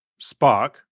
Spock